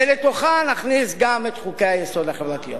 ולתוכה נכניס גם את חוקי-היסוד החברתיים.